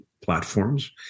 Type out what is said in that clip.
platforms